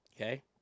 Okay